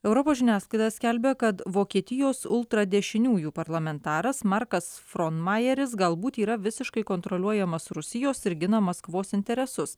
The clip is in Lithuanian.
europos žiniasklaida skelbia kad vokietijos ultradešiniųjų parlamentaras markas fronmajeris galbūt yra visiškai kontroliuojamas rusijos ir gina maskvos interesus